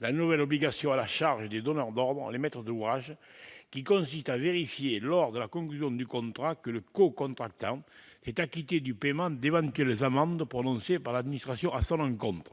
la nouvelle obligation à la charge des donneurs d'ordre, les maîtres d'ouvrage, qui consiste à vérifier, lors de la conclusion du contrat, que le cocontractant s'est acquitté du paiement d'éventuelles amendes prononcées par l'administration à son encontre.